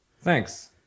thanks